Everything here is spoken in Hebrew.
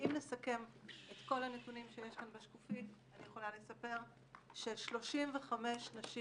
ואם נסכם את כל הנתונים שיש כאן בשקופית אני יכולה לספר ש-35 נשים